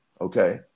Okay